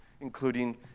including